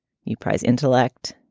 you prize intellect,